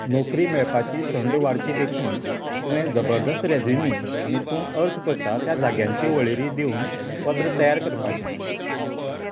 नोकरी मेळपाची संद वाडची देखून तुवें जबरदस्त रेजमै आनी तूं अर्ज करता त्या जाग्यांची वळेरी दिवन पत्र तयार करपाचें